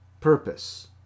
purpose